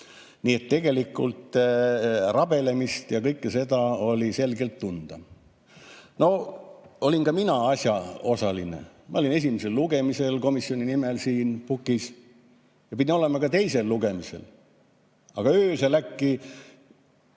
Nii et tegelikult rabelemist ja kõike seda oli selgelt tunda. No olin ka mina asjaosaline. Ma olin esimesel lugemisel komisjoni nimel siin pukis ja pidin olema ka teisel lugemisel. Aga öösel äkki